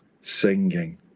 singing